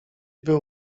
był